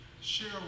share